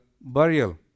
burial